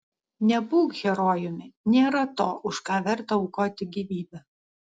nebūk herojumi nėra to už ką verta aukoti gyvybę